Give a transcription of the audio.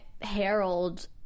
Harold